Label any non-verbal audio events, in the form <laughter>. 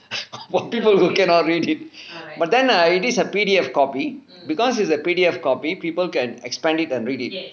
<laughs> for people who cannot read it but then err it is a P_D_F copy because it's a P_D_F copy people can expand it and read it